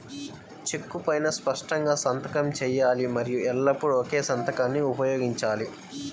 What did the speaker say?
చెక్కు పైనా స్పష్టంగా సంతకం చేయాలి మరియు ఎల్లప్పుడూ ఒకే సంతకాన్ని ఉపయోగించాలి